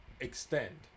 extend